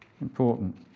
Important